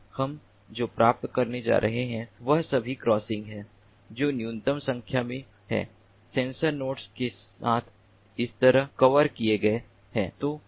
तो हम जो प्राप्त करने जा रहे हैं वह सभी क्रॉसिंग हैं जो न्यूनतम संख्या में सेंसर नोड्स के साथ इस तरह कवर किए गए हैं